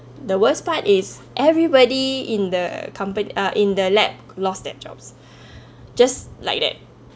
the worst part is everybody in the company ah in the lab lost their jobs just like that